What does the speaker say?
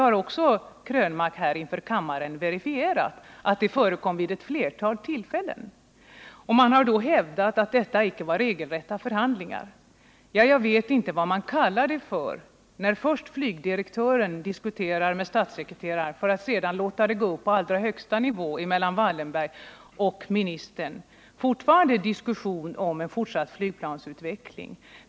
Eric Krönmark har också inför kammaren verifierat att det förekom kontakter vid ett flertal tillfällen. Man har hävdat att det inte var regelrätta förhandlingar. Ja, jag vet inte vad man kallar det när först flygdirektören diskuterar med statssekreteraren och frågan sedan går upp på allra högsta nivå i diskussioner mellan Marcus Wallenberg och ministern om en fortsatt flygplansutveckling.